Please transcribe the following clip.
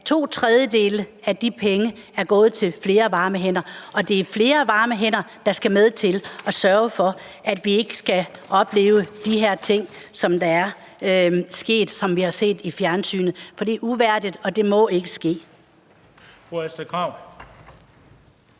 to tredjedele af de penge er gået til flere varme hænder, og det er flere varme hænder, der skal sørge for, at vi ikke skal opleve de her ting, som der er sket, og som vi har set i fjernsynet – for det er uværdigt, og det må ikke ske.